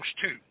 two